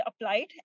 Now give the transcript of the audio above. applied